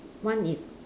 one is